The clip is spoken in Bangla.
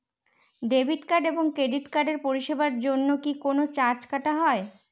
ডেবিট কার্ড এবং ক্রেডিট কার্ডের পরিষেবার জন্য কি কোন চার্জ কাটা হয়?